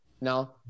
No